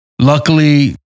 luckily